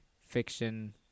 fiction